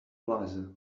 plaza